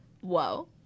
whoa